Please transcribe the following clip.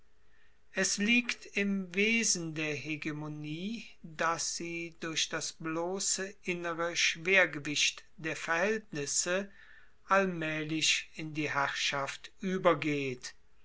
es liegt im wesen der hegemonie dass sie durch das blosse innere schwergewicht der verhaeltnisse allmaehlich in die herrschaft uebergeht